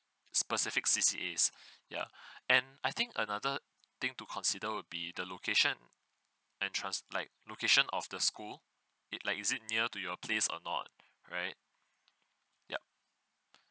specific C_C_As ya and I think another thing to consider would be the location and trans~ like location of the school it like is it near to your place or not right yup